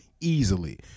easily